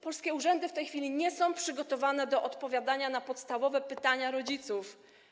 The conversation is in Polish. Polskie urzędy w tej chwili nie są przygotowane do odpowiadania na podstawowe pytania rodziców.